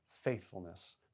faithfulness